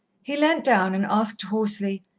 he leant down and asked hoarsely.